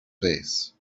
face